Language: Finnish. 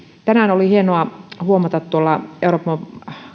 tänään oli hienoa huomata euroopan